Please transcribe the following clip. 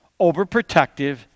overprotective